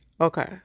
Okay